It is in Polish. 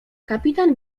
kapitan